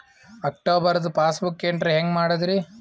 ಅಕ್ಟೋಬರ್ದು passbook entry ಹೆಂಗ್ ಮಾಡದ್ರಿ?